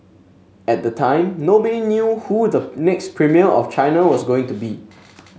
at the time nobody knew who the next premier of China was going to be